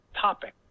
topic